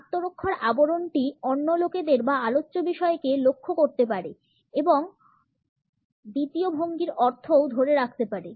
আত্মরক্ষার আবরণটি অন্য লোকেদের বা আলোচ্য বিষয়কে লক্ষ্য করতে পারে এবং এটি দ্বিতীয় ভঙ্গির অর্থও ধরে রাখতে পারে